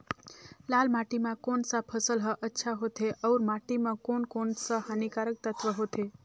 लाल माटी मां कोन सा फसल ह अच्छा होथे अउर माटी म कोन कोन स हानिकारक तत्व होथे?